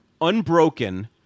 Unbroken